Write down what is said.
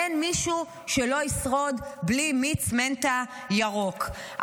אין מישהו שלא ישרוד בלי מיץ מנטה ירוק,